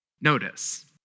notice